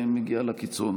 שמגיעה לקיצון.